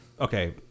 okay